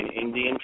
Indian